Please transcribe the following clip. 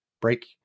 Break